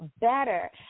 better